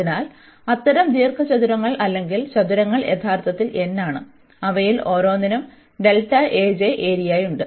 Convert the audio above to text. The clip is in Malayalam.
അതിനാൽ അത്തരം ദീർഘചതുരങ്ങൾ അല്ലെങ്കിൽ ചതുരങ്ങൾ യഥാർത്ഥത്തിൽ n ആണ് അവയിൽ ഓരോന്നിനും ഏരിയയുണ്ട്